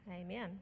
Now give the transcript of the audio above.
Amen